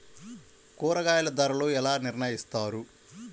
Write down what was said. కూరగాయల ధరలు ఎలా నిర్ణయిస్తారు?